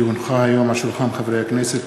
כי הונחה היום על שולחן הכנסת,